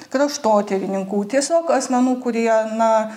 kraštotyrininkų tiesiog asmenų kurie na